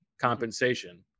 compensation